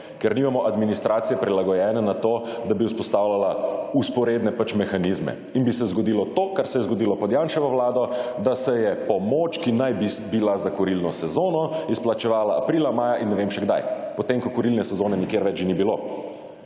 ker nimamo administracije prilagojene na to, da bi vzpostavljala vzporedne mehanizme, in bi se zgodilo to, kar se je zgodilo pod Janševo Vlado, da se je pomoč, ki naj bi bila za kurilno sezono, izplačevala aprila, maja in ne vem še kdaj, potem, ko kurilne sezone nikjer več že ni bilo.